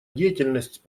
деятельность